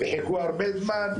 חיכו הרבה זמן,